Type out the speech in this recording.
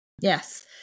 yes